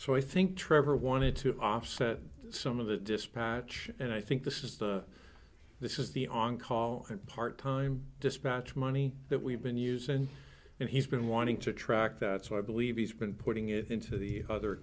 think trevor wanted to offset some of the dispatch and i think this is this is the on call part time dispatch money that we've been using and he's been wanting to track that so i believe he's been putting it into the other